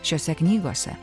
šiose knygose